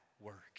work